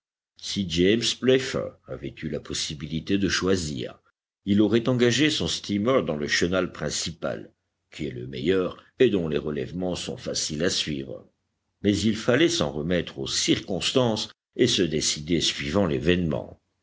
si james playfair avait eu la possibilité de choisir il aurait engagé son steamer dans le chenal principal qui est le meilleur et dont les relèvements sont faciles à suivre mais il fallait s'en remettre aux circonstances et se décider suivant